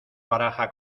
baraja